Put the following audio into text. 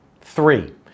Three